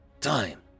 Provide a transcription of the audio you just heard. time